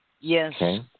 Yes